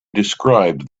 described